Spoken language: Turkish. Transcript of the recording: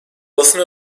basın